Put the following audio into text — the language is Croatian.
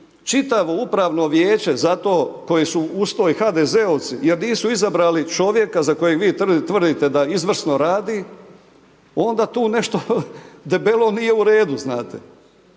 čitavo upravno vijeće za to, koji su uz to i HDZ-ovci jer nisu izabrali čovjeka za kojeg vi tvrdite da izvrsno radi, onda tu nešto debelo nije u redu. I ne